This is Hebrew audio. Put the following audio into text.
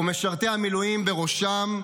ומשרתי המילואים בראשם,